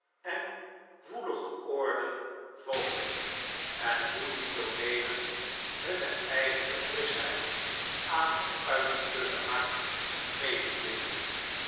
en woe ige oorden woonden en hoe die tooneelen hunne eigene frischheid aan het uitgeputte hart mededeelen